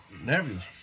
nervous